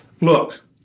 look